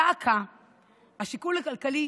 דא עקא שהשיקול הכלכלי